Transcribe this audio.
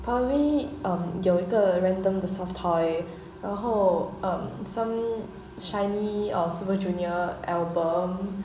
probably um 有一个 random the soft toy 然后 um some shinee or super junior album